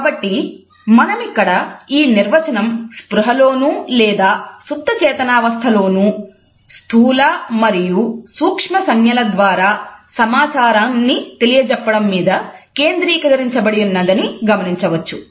కాబట్టి మనమిక్కడ ఈ నిర్వచనం స్పృహలోనూ లేదా సుప్తచేతనావస్థలోనూ స్థూల మరియు సూక్ష్మ సంజ్ఞల ద్వారా సమాచారాన్ని తెలియజెప్పడం మీద కేంద్రీకరించబడినదని గమనించవచ్చు